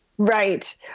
Right